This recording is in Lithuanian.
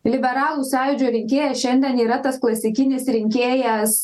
liberalų sąjūdžio rinkėjas šiandien yra tas klasikinis rinkėjas